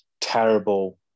terrible